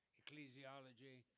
ecclesiology